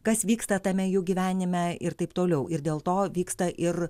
kas vyksta tame jų gyvenime ir taip toliau ir dėl to vyksta ir